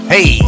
Hey